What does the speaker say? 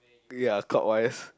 ya clockwise